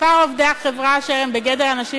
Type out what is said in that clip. מספר עובדי החברה אשר הם בגדר אנשים